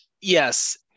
Yes